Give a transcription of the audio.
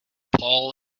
paul